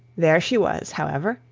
there she was, however,